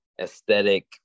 aesthetic